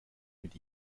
mit